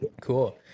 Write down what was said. Cool